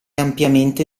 ampiamente